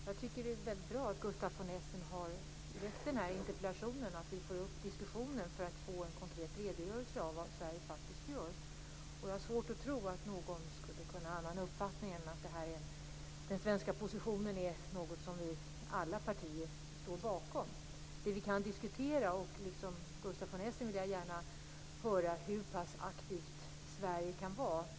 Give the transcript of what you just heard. Herr talman! Jag tycker att det är väldigt bra att Gustaf von Essen har väckt denna interpellation och att vi får upp diskussionen för att få en konkret redogörelse av vad Sverige faktiskt gör. Jag har svårt att tro att någon skulle kunna ha någon annan uppfattning i frågan. Den svenska positionen är något som vi i alla partier står bakom. Det som vi kan diskutera, och liksom Gustaf von Essen vill jag gärna höra mer om det, är hur pass aktivt Sverige kan vara.